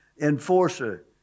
enforcer